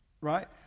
right